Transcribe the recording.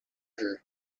her